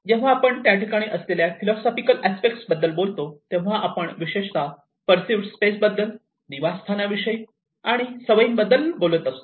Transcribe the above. जेव्हा आपण त्या ठिकाणी असलेल्या फिलॉसॉफिकल अस्पेक्ट विषयी बोलतो तेव्हा आपण विशेषत पेरसईव्हड स्पेस बद्दल निवासस्थानाविषयी आणि सवयी बद्दल बोलत असतो